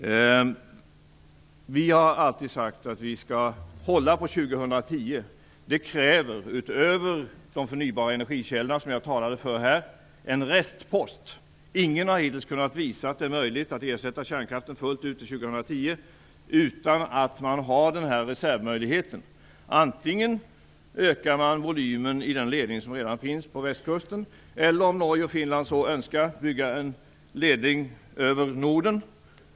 Vi har alltid sagt att vi skall hålla på år 2010. Det kräver, utöver de förnybara energikällorna som jag talade för här, en restpost. Ingen har hittills kunnat visa att det är möjligt att ersätta kärnkraften fullt ut till 2010 utan att ha reservmöjligheten att antingen öka volymen i den ledning som redan finns på västkusten eller, om Norge eller Finland så önskar, att bygga en ledning över Norden.